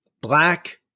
black